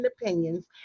opinions